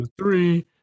three